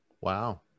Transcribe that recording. Wow